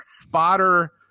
spotter